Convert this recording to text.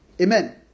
Amen